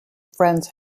friends